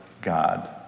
God